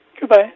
Goodbye